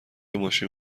ماشین